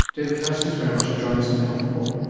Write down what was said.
david kalisch, thanks very much for joining us on the health report.